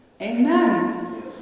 Amen